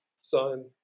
son